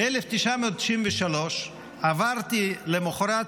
ב-1993 עברתי, למוחרת